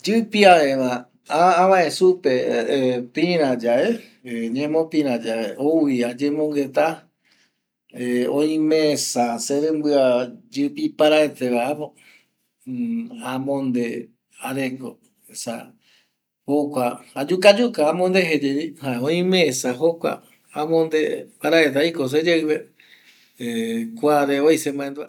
Yipiave va amae supe va pira yame ou vi ayemongueta oime esa serimbio yipi paraeteva amonde areko esa jokua ayuka yuka vi amonde jaema oime esa amondeva seyeipe kuare voi se mandua